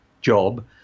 job